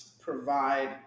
provide